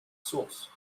sources